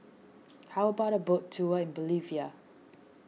how about a boat tour in Bolivia